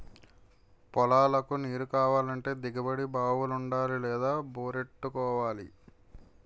పొలాలకు నీరుకావాలంటే దిగుడు బావులుండాలి లేదా బోరెట్టుకోవాలి